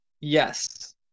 Yes